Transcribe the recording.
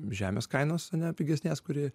žemės kainos ane pigesnės kuri